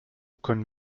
können